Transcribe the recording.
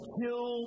kill